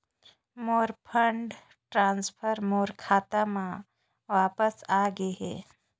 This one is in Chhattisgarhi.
मोर फंड ट्रांसफर मोर खाता म वापस आ गे हे